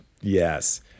Yes